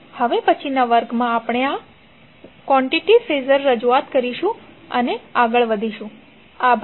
હવે પછીના વર્ગમાં આપણે આ કોંટીટીની ફેઝર રજૂઆત સાથે આગળ વધીશું આભાર